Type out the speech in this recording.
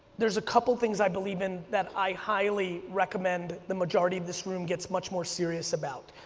there's a couple things i believe in that i highly recommend the majority of this room gets much more serious about.